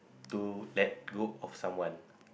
to let go of someone